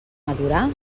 madurar